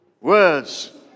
words